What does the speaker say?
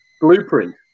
blueprint